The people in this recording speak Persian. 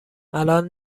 الان